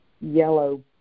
yellow